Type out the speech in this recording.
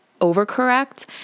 overcorrect